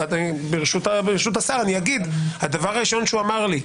וברשות השר אני אגיד שהדבר הראשון שהוא אמר לי,